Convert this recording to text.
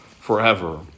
forever